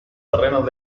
terrenos